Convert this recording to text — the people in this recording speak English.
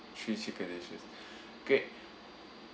three chicken dished great